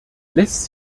lässt